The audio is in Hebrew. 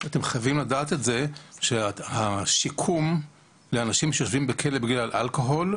אתם צריכים לדעת את זה שהשיקום לאנשים שיושבים בכלא בגין אלכוהול,